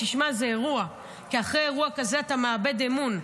תשמע, זה אירוע, כי אחרי אירוע כזה אתה מאבד אמון.